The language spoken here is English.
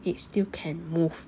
it still can move